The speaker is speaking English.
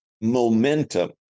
momentum